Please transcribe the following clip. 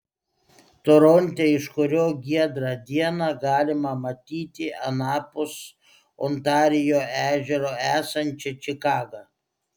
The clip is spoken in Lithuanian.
toronte iš kurio giedrą dieną galima matyti anapus ontarijo ežero esančią čikagą